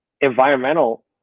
environmental